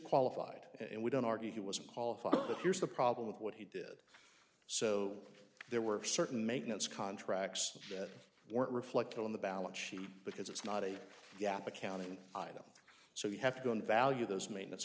qualified and we don't argue he was qualified but here's the problem with what he did so there were certain maintenance contracts that weren't reflected on the balance sheet because it's not a gap accounting item so you have to go in value those m